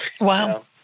Wow